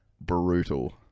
brutal